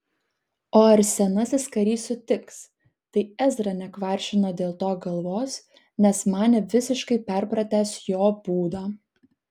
o ar senasis karys sutiks tai ezra nekvaršino dėl to galvos nes manė visiškai perpratęs jo būdą